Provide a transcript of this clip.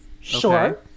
Sure